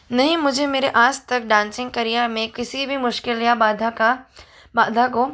नहीं मुझे मेरे आज तक डांसिंग करियर में किसी भी मुश्किल या बाधा का बाधा को